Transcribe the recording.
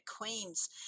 Queen's